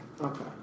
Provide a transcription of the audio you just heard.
Okay